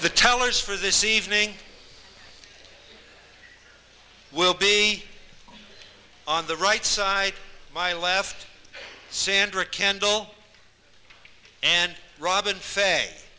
the tellers for this evening will be on the right side my left sandra candle and robin fay